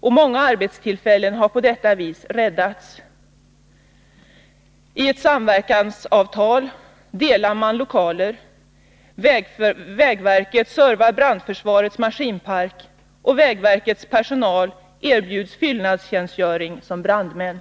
och många arbetstillfällen har på detta vis räddats. Enligt ett samverkansavtal delar man lokaler. Vägverket servar brandförsvarets maskinpark, och vägverkets personal erbjuds fyllnadstjänstgöring som brandmän.